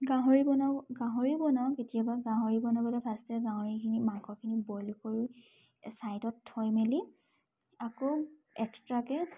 গাহৰি বনাওঁ গাহৰি বনাওঁ কেতিয়াবা গাহৰি বনাবলৈ ফাৰ্ষ্টে গাহৰিখিনি মাংসখিনি বইল কৰি ছাইডত থৈ মেলি আকৌ এক্সট্ৰাকৈ